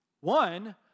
One